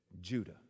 Judah